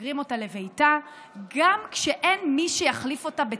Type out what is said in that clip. משגרים אותה לביתה גם כשאין מי שיחליף אותה בתפקידה.